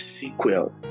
sequel